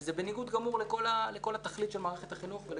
וזה בניגוד גמור לכל התכלית של מערכת החינוך.